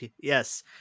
yes